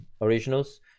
originals